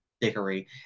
dickery